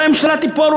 אולי הממשלה תיפול,